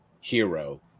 hero